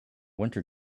winter